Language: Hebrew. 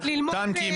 "טנקים",